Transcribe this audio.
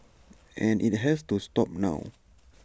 and IT has to stop now